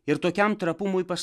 ir tokiam trapumui pas